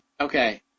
Okay